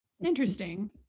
interesting